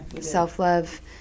self-love